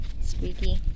Squeaky